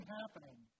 happening